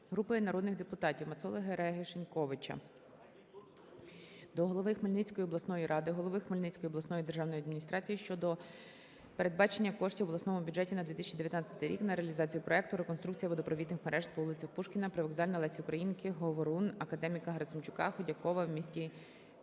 Групи народних депутатів (Мацоли, Гереги, Шиньковича) до голови Хмельницької обласної ради, голови Хмельницької обласної державної адміністрації щодо передбачення коштів в обласному бюджеті на 2019 рік на реалізацію проекту "Реконструкція водопровідних мереж по вулицям Пушкіна, Привокзальна, Лесі Українки, Н.С.Говорун, Академіка Герасимчука, Ходякова в місті Полонне